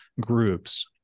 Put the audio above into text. groups